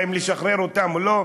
אם לשחרר אותם או לא,